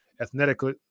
ethnically